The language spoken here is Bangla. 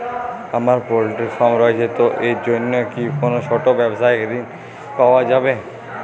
আমার পোল্ট্রি ফার্ম রয়েছে তো এর জন্য কি কোনো ছোটো ব্যাবসায়িক ঋণ পাওয়া যাবে?